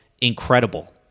incredible